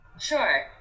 Sure